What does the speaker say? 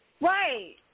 Right